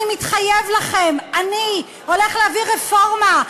אני מתחייב לכם: אני הולך להביא רפורמה.